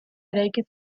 eraiki